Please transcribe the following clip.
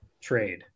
trade